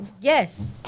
Yes